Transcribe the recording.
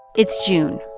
it's june,